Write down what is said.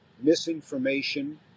misinformation